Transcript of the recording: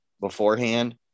beforehand –